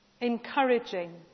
encouraging